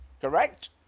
correct